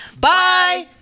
bye